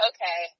Okay